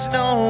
no